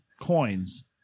coins